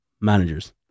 managers